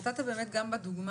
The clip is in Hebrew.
נתת באמת גם בנייר